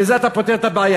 בזה אתה פותר את הבעיה.